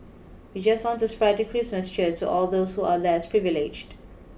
we just want to spread the Christmas cheer to all those who are less privileged